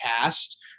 cast